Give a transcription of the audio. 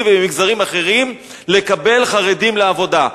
ובמגזרים אחרים לקבלת חרדים לעבודה.